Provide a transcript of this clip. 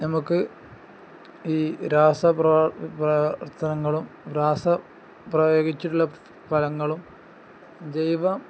നമുക്ക് ഈ രാസ പ്രവർത്തനങ്ങളും രാസ പ്രയോഗിച്ചുള്ള ഫലങ്ങളും ജൈവം